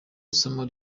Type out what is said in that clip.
isomo